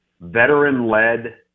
veteran-led